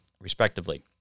respectively